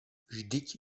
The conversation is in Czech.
vždyť